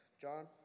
John